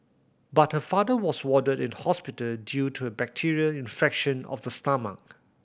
but her father was warded in hospital due to a bacterial infection of the stomach